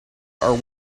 are